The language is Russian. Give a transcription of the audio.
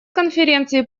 конференции